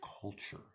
culture